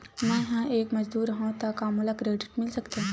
मैं ह एक मजदूर हंव त का मोला क्रेडिट मिल सकथे?